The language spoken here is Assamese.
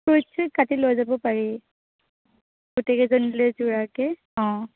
কাটি লৈ যাব পাৰি গোটেই কেইজনলৈ জুৰাকৈ অঁ